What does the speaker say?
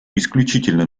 исключительно